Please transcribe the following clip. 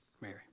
Mary